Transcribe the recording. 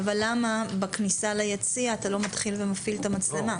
אבל למה בכניסה ליציע אתה לא מתחיל ומפעיל את המצלמה?